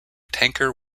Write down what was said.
tanker